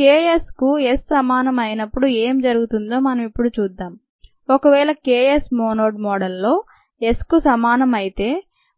K sకు S సమానం అయినప్పుడు ఏమి జరుగుతుందో మనం ఇప్పుడు చూద్దాం ఒకవేళ Ks మోనోడ్ మోడల్ లో Sకు సమానం అయితే